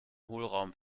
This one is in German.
hohlraum